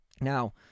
Now